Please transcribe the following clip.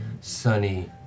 sunny